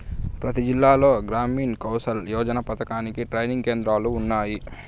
ప్రతి జిల్లాలో గ్రామీణ్ కౌసల్ యోజన పథకానికి ట్రైనింగ్ కేంద్రాలు ఉన్నాయి